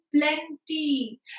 plenty